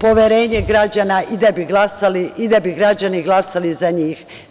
poverenje građana i da bi građani glasali za njih.